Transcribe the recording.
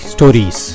Stories